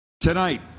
Tonight